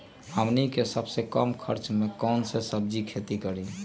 हमनी के सबसे कम खर्च में कौन से सब्जी के खेती करी?